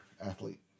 athlete